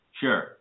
Sure